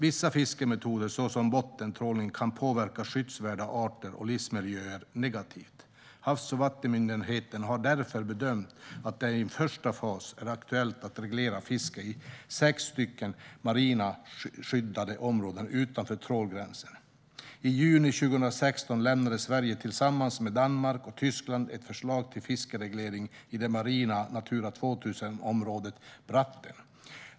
Vissa fiskemetoder, såsom bottentrålning, kan påverka skyddsvärda arter och livsmiljöer negativt. Havs och vattenmyndigheten har därför bedömt att det i en första fas är aktuellt att reglera fiske i sex stycken marina skyddade områden utanför trålgränsen. I juni 2016 lämnade Sverige tillsammans med Danmark och Tyskland ett förslag till fiskeregleringar i det marina Natura 2000-området Bratten.